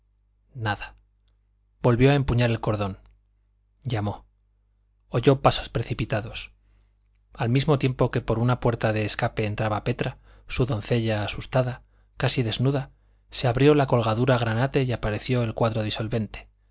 nada volvió a empuñar el cordón llamó oyó pasos precipitados al mismo tiempo que por una puerta de escape entraba petra su doncella asustada casi desnuda se abrió la colgadura granate y apareció el cuadro disolvente